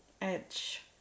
edge